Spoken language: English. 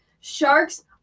Sharks